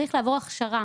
צריך לעבור הכשרה.